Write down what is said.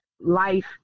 life